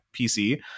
PC